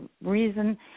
reason